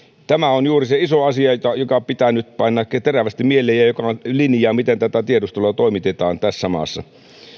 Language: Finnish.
tämä on juuri se iso asia joka pitää nyt painaa terävästi mieleen ja joka linjaa miten tiedustelua toimitetaan tässä maassa